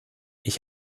ich